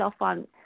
on